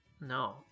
No